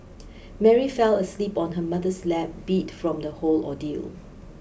Mary fell asleep on her mother's lap beat from the whole ordeal